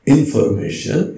Information